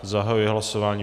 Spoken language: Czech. Zahajuji hlasování.